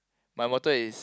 my motto is